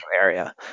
area